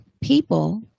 people